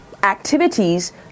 activities